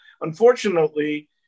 unfortunately